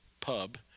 pub